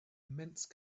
immense